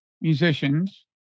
musicians